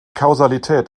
kausalität